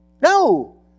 No